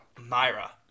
Myra